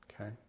Okay